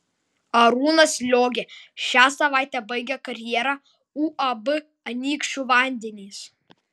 arūnas liogė šią savaitę baigė karjerą uab anykščių vandenys